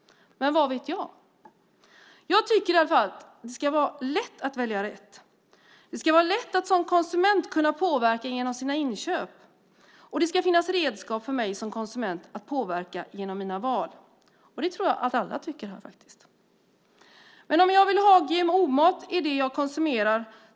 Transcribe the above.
Men vad vet jag? Jag tycker i alla fall att det ska vara lätt att välja rätt. Det ska vara lätt att som konsument kunna påverka genom sina inköp, och det ska finnas redskap för mig som konsument att påverka genom mina val. Det tror jag faktiskt att alla här tycker.